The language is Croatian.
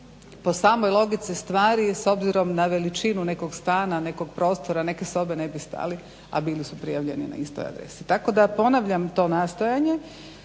po samoj logici stvari s obzirom na veličinu nekog stana, nekog prostora, neke sobe ne bi stali, a bili su prijavljeni na istoj adresi. Dakle, da ponavljam to nastojanje,